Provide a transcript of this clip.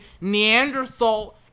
Neanderthal